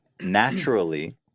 naturally